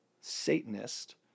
Satanist